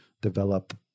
develop